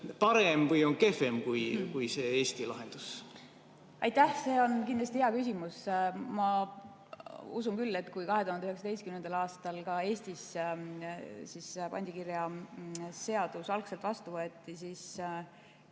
parem või on kehvem kui Eesti lahendus? Aitäh! See on kindlasti hea küsimus. Ma usun, et kui 2019. aastal Eestis pandikirjaseadus algselt vastu võeti, siis